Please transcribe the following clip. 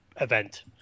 event